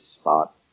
spot